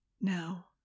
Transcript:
Now